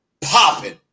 popping